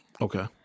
Okay